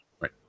right